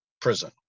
prison